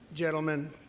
gentlemen